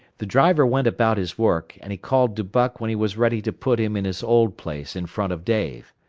the driver went about his work, and he called to buck when he was ready to put him in his old place in front of dave.